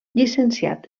llicenciat